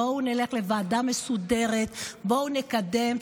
בואו נלך לוועדה מסודרת, בואו נקדם.